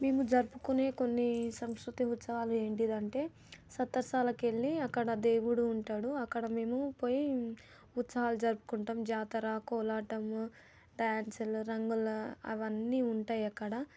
మేము జరుపుకునే కొన్ని సంస్కృతి ఉత్సవాలు ఏంటిదంటే సత్రశాలకెళ్ళి అక్కడ దేవుడు ఉంటాడు అక్కడకి మేము పోయి ఉత్సవాలు జరుపుకుంటాము జాతర కోలాటము డాన్సులు రంగుల అవన్నీ ఉంటాయి అక్కడ